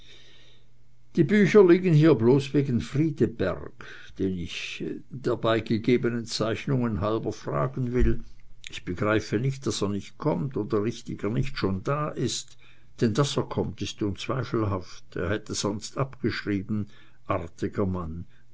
die bücher liegen hier bloß wegen friedeberg den ich der beigegebenen zeichnungen halber fragen will ich begreife nicht daß er nicht kommt oder richtiger nicht schon da ist denn daß er kommt ist unzweifelhaft er hätte sonst abgeschrieben artiger mann